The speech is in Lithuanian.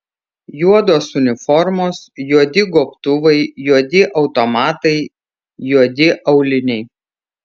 juodos uniformos juodi gobtuvai juodi automatai juodi auliniai